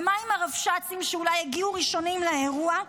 ומה עם הרבש"צים שאולי הגיעו ראשונים לאירוע?